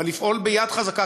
אבל לפעול ביד חזקה,